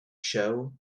show